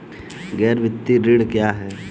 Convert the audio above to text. गैर वित्तीय ऋण क्या है?